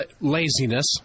Laziness